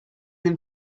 them